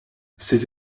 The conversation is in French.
ces